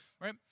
Right